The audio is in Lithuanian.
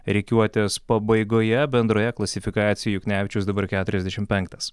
rikiuotės pabaigoje bendroje klasifikacijoje juknevičius dabar keturiasdešim penktas